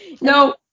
no